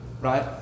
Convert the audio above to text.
right